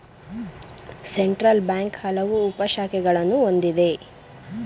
central bank ಹಲವು ಉಪ ಶಾಖೆಗಳನ್ನು ಹೊಂದಿದೆ